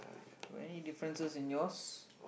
got any differences in yours